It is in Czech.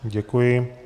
Děkuji.